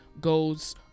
goes